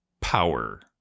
power